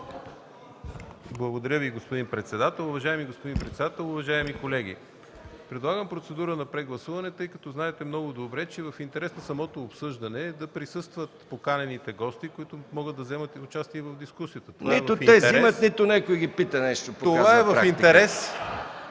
Благодаря Ви, господин председател. Уважаеми господин председател, уважаеми колеги! Предлагам процедура на прегласуване, тъй като знаете много добре, че в интерес на самото обсъждане е да присъстват поканените гости, които могат да вземат участие в дискусията. ПРЕДСЕДАТЕЛ МИХАИЛ МИКОВ: Нито те вземат, нито някой ги пита нещо. (Смях.) ПЕТЪР